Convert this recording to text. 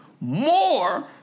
more